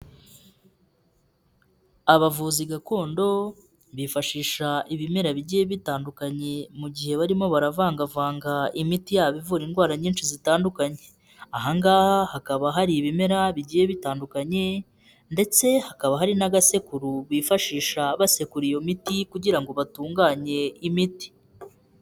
Abavuzi gakondo bifashisha ibimera bigiye bitandukanye mu gihe barimo baravangavanga imiti yabo ivura indwara nyinshi zitandukanye. Aha ngaha hakaba hari ibimera bigiye bitandukanye, ndetse hakaba hari n'agasekuru bifashisha basekura iyo miti, kugira ngo batunganye imiti.